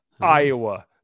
Iowa